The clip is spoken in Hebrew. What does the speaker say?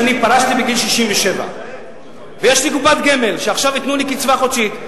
שאני פרשתי בגיל 67 ויש לי קופת גמל ועכשיו ייתנו לי קצבה חודשית.